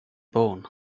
born